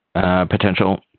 potential